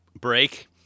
break